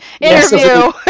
interview